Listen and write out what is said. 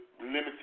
limited